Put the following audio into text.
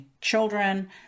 children